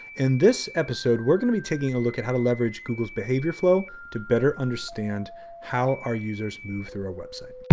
in this episode, we're gonna be taking a look at how to leverage google's behavior flow to better understand how our users move through our website.